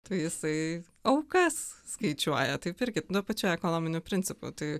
tai jisai aukas skaičiuoja tai pirkit nu pačiu ekonominiu principu tai